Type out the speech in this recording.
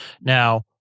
Now